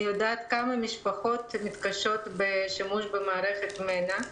אני יודעת כמה משפחות מתקשות בשימוש במערכת מנ"ע,